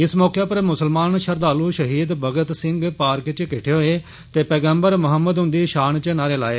इस मौक पर मुस्लमान श्रद्धालु शहीद भगत सिंह पार्क च किट्टै होए ते पैगम्बर मुहम्मद हुन्दी शान च नारे लाए